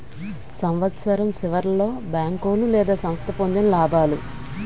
సంవత్సరం సివర్లో బేంకోలు లేదా సంస్థ పొందిన లాబాలు